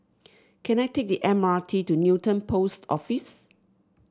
can I take the M R T to Newton Post Office